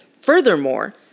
Furthermore